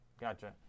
gotcha